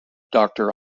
doctor